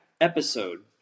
episode